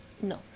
No